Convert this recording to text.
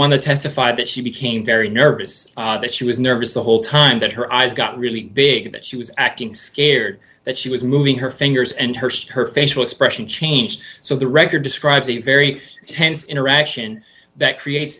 to testify that she became very nervous that she was nervous the whole time that her eyes got really big that she was acting scared that she was moving her fingers and hurst her facial expression changed so the record describes a very tense interaction that creates